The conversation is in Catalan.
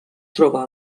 troba